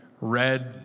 red